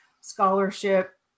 scholarship